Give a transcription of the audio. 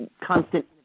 constant